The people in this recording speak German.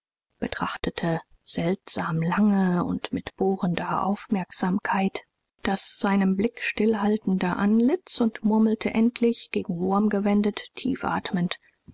betrachtete seltsam lange und mit bohrender aufmerksamkeit das seinem blick stillhaltende antlitz und murmelte endlich gegen wurm gewendet tief atmend